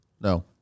No